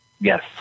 Yes